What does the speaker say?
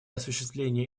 осуществления